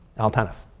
al-tanf.